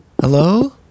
Hello